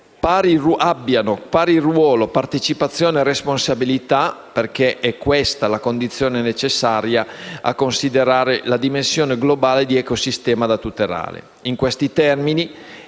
pari ruolo partecipazione e responsabilità, perché è questa la condizione necessaria a considerare la dimensione globale dell'ecosistema da tutelare.